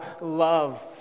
love